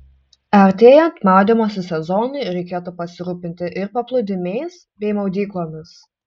artėjant maudymosi sezonui reikėtų pasirūpinti ir paplūdimiais bei maudyklomis